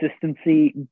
consistency